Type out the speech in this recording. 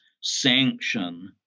sanction